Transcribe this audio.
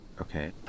Okay